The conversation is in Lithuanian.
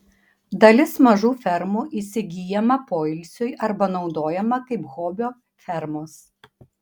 dalis mažų fermų įsigyjama poilsiui arba naudojama kaip hobio fermos